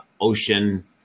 ocean